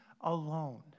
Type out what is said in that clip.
alone